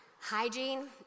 hygiene